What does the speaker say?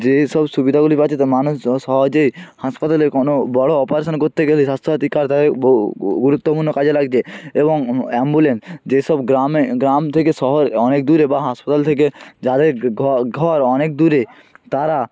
যেই সব সুবিধাগুলি পাচ্ছে তা মানুষ সহজে হাসপাতালে কোনো বড় অপারেশন করতে গেলে স্বাস্থ্য সাথী কার্ড তাদের গুরুত্বপূর্ণ কাজে লাগছে এবং অ্যাম্বুলেন্স যে সব গ্রামে গ্রাম থেকে শহর অনেক দূরে বা হাসপাতাল থেকে যাদের ঘর অনেক দূরে তারা